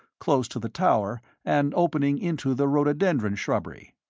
close to the tower and opening into the rhododendron shrubbery.